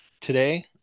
Today